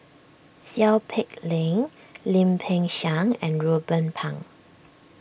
Seow Peck Leng Lim Peng Siang and Ruben Pang